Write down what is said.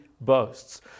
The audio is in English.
boasts